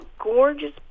gorgeous